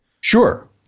sure